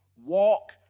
walk